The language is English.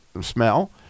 smell